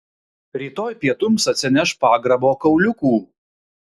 rytoj pietums atsineš pagrabo kauliukų